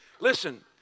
Listen